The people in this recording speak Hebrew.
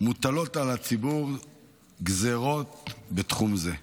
מוטלות על הציבור גזרות בתחום זה.